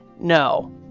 No